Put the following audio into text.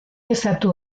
estatu